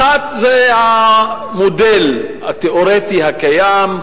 אחת זה המודל התיאורטי הקיים,